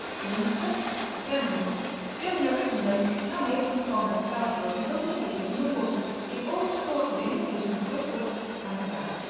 munster germany german originally, now made from colmar, strassburg and copenhagen to milwaukee in all sorts of imitations, both good and bad.